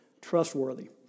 trustworthy